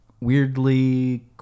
weirdly